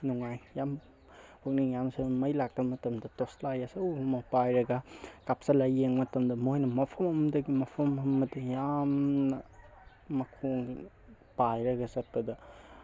ꯅꯨꯡꯉꯥꯏ ꯌꯥꯝ ꯄꯨꯛꯅꯤꯡ ꯌꯥꯝꯅꯁꯨ ꯃꯩ ꯂꯥꯛꯇꯕ ꯃꯇꯝꯗ ꯇꯣꯔꯁ ꯂꯥꯏꯠ ꯑꯆꯧꯕ ꯑꯃ ꯄꯥꯏꯔꯒ ꯀꯥꯞꯁꯟꯂ ꯌꯦꯡ ꯃꯇꯝꯗ ꯃꯣꯏꯅ ꯃꯐꯝ ꯑꯃꯗꯒꯤ ꯃꯐꯝ ꯑꯃꯗ ꯌꯥꯝꯅ ꯃꯈꯣꯡ ꯄꯥꯏꯔꯒ ꯆꯠꯄꯗ